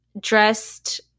dressed